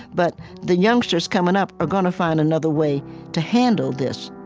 but the youngsters coming up are going to find another way to handle this